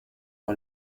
war